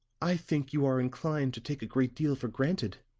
i think you are inclined to take a great deal for granted,